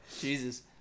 Jesus